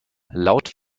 laut